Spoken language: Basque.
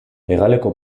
hegaleko